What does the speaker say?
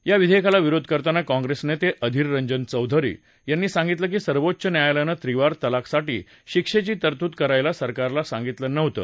या विधेयकाला विरोध करताना काँप्रेस नेते आधिररंजन चौधरी यांनी सांगितलं की सर्वोच्च न्यायालयानं त्रिवार तलाकसाठी शिक्षेची तरतूद करायला सरकारला सांगितलं नव्हतं